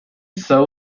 são